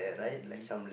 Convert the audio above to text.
meat